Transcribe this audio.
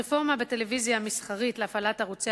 הרפורמה בטלוויזיה המסחרית להפעלת ערוצי